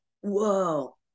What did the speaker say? whoa